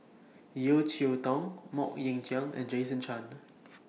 Yeo Cheow Tong Mok Ying Jang and Jason Chan